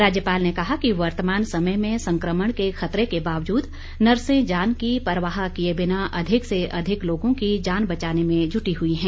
राज्यपाल ने कहा कि वर्तमान समय में संक्रमण के खतरे के बावजूद नर्से जान की परवाह किए बिना अधिक से अधिक लोगों की जान बचाने में जुटी हुई हैं